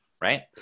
right